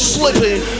slipping